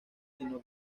sino